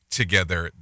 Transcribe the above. together